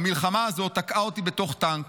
"המלחמה הזו תקעה אותי בתוך טנק,